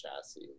chassis